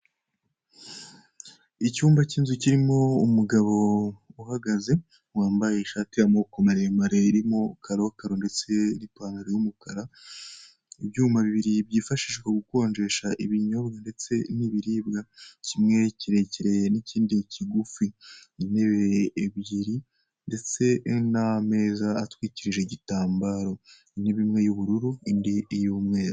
Icyumba cy'inzu kirimo umugabo uhagaze wambaye ishati y'amaboko maremare irimo karokaro ndetse n'ipantaro y'umukara, ibyuma bibiri byifashishwa gukonjesha ibinyobwa ndetse n'ibiribwa kimwe kirekire n'ikindi kigufi, intebe ebyiri ndetse n'ameza atwikirije igitambaro. Intebe imwe y'ubururu indi y'umweru.